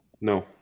No